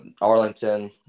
Arlington